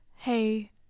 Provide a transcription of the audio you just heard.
Hey